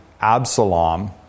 Absalom